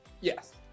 Yes